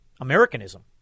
Americanism